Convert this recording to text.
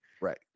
Right